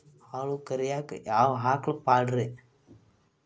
ಹಾಲು ಕರಿಯಾಕ ಯಾವ ಆಕಳ ಪಾಡ್ರೇ?